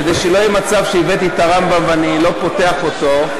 כדי שלא יהיה מצב שהבאתי את הרמב"ם ואני לא פותח אותו,